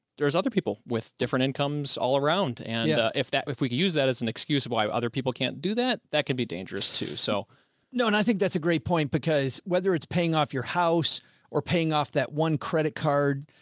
there was other people with different incomes all around, and yeah if that, if we can use that as an excuse of why other people can't do that, that can be dangerous too. so joe no, and i think that's a great point because whether it's paying off your house or paying off that one credit card,